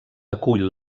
acull